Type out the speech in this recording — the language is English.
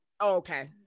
okay